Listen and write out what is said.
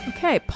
Okay